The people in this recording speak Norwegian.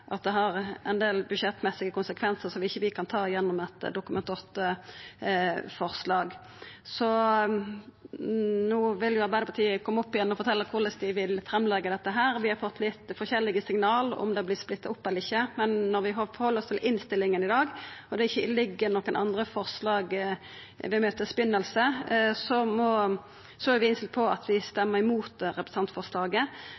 det har ein del budsjettmessige konsekvensar som vi ikkje kan ta gjennom eit Dokument 8-forslag. No vil jo Arbeidarpartiet koma opp igjen og fortelja korleis dei vil leggja fram dette – om det vert splitta opp eller ikkje – for vi har fått litt forskjellige signal. Når vi ser på det som står i innstillinga i dag, og det ikkje ligg føre andre forslag frå starten av møtet, er vi innstilte på